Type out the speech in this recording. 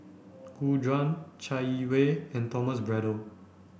Gu Juan Chai Yee Wei and Thomas Braddell